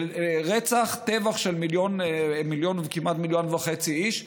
של רצח, טבח של כמעט מיליון וחצי איש?